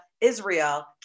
Israel